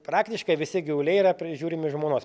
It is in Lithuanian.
praktiškai visi gyvuliai yra prižiūrimi žmonos